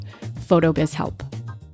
PHOTOBIZHELP